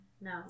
No